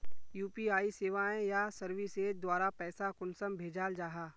UPI सेवाएँ या services द्वारा पैसा कुंसम भेजाल जाहा?